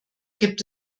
gibt